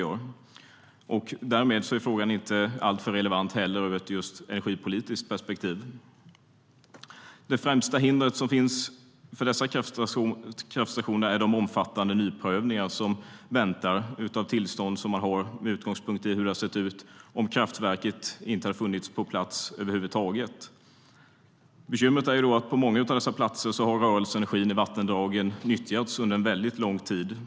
Frågan är alltså inte irrelevant ur ett energipolitiskt perspektiv. Det främsta hindret för dessa kraftstationer är de omfattande nyprövningar av befintliga tillstånd som väntar, ofta med utgångspunkt i hur det hade sett ut om inte kraftverket funnits på plats över huvud taget. Bekymret är att på många av dessa platser har rörelseenergin i vattendragen nyttjats under mycket lång tid.